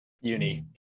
Uni